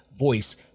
voice